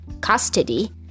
custody